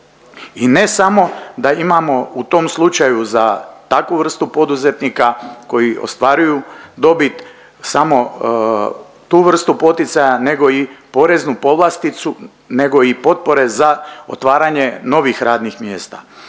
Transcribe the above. I ne samo da imamo u tom slučaju za takvu vrstu poduzetnika koji ostvaruju dobit samo tu vrstu poticaja, nego i poreznu povlasticu, nego i potpore za otvaranje novih radnih mjesta.